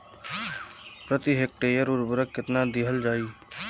प्रति हेक्टेयर उर्वरक केतना दिहल जाई?